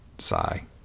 sigh